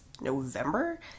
november